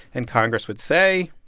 and congress would say.